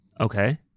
okay